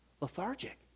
lethargic